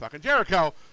Jericho